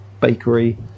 bakery